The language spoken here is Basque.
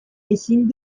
ezin